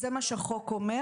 נכון, זה מה שהחוק אומר.